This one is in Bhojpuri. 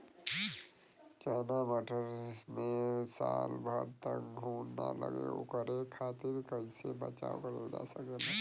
चना मटर मे साल भर तक घून ना लगे ओकरे खातीर कइसे बचाव करल जा सकेला?